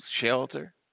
shelter